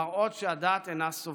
מראות שהדעת אינה סובלת.